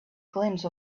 glimpse